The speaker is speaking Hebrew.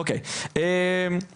אוקיי, זה מה שביקשתי.